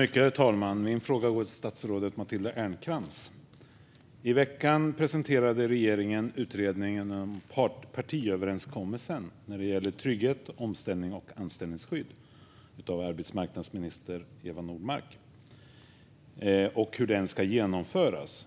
Herr talman! Min fråga går till statsrådet Matilda Ernkrans. I veckan presenterade regeringen genom arbetsmarknadsminister Eva Nordmark utredningen om partsöverenskommelsen om trygghet, omställning och anställningsskydd och hur den ska genomföras.